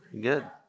Good